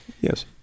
yes